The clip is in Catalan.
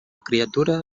criatura